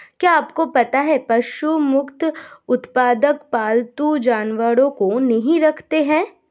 क्या आपको पता है पशु मुक्त उत्पादक पालतू जानवरों को नहीं रखते हैं?